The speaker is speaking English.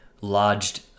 lodged